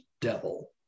devil